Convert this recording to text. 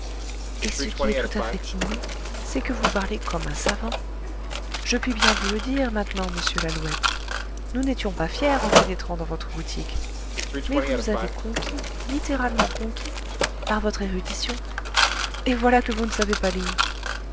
et ce qui est tout à fait inouï c'est que vous parlez comme un savant je puis bien vous le dire maintenant monsieur lalouette nous n'étions pas fiers en pénétrant dans votre boutique mais vous nous avez conquis littérairement conquis par votre érudition et voilà que vous ne savez pas lire